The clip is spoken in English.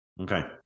Okay